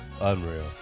Unreal